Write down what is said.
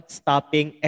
stopping